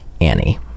Annie